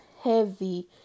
heavy